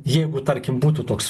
jeigu tarkim būtų toks